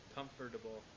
comfortable